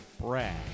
Brad